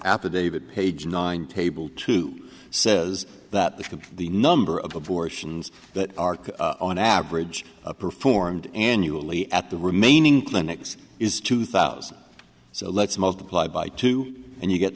apa david page nine table two says that there could be the number of abortions that are on average a performed annually at the remaining clinics is two thousand so let's multiply by two and you get